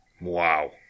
Wow